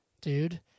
dude